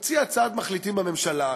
תציע הצעת מחליטים בממשלה,